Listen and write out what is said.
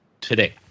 today